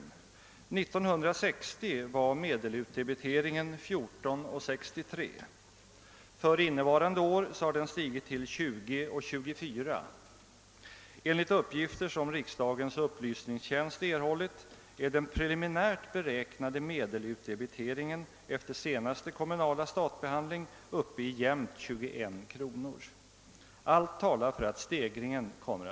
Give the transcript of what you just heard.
År 1960 var medelutdebiteringen 14: 63, för innevarande år har den stigit till 20:24 och enligt uppgifter som riksdagens upplysningstjänst erhållit är den preliminärt beräknade medelutdebiteringen efter senaste kommunala statbehandling uppe i jämnt 21 kr.